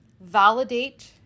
validate